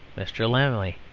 mr. lammle,